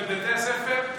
ובתי הספר,